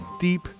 deep